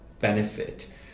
benefit